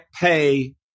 pay